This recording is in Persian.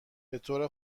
بطور